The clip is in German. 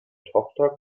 tochter